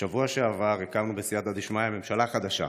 בשבוע שעבר הקמנו, בסייעתא דשמיא, ממשלה חדשה.